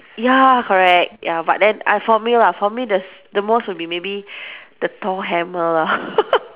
ya correct ya but then uh for me lah for me the s~ the most would be maybe the thor hammer lah